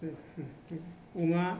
अमा